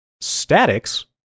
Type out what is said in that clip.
Statics